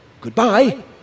Goodbye